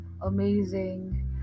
amazing